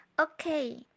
Okay